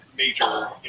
major